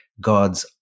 God's